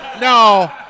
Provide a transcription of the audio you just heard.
no